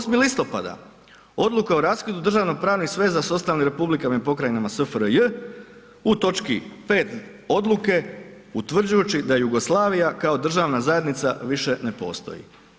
8. listopada odluka o raskidu državno-pravnih veza s ostalim republikama i pokrajinama SFRJ u točki 5. odluke utvrđujući da Jugoslavija kao državna zajednica više ne postoji.